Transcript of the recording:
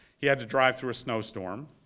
he had to drive through a snowstorm.